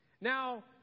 Now